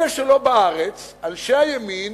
אלה שלא בארץ, אנשי הימין,